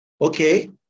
Okay